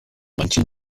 manchen